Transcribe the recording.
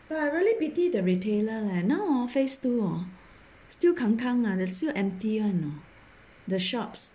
but I really pity the retailer leh now hor phase two hor still kangkang ah still empty [one] you know the shops